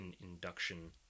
induction